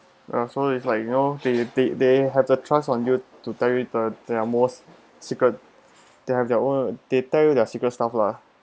ya so It's like you know they they they have the trust on you to tell you the they are most secret they have their own they tell you their secret stuff lah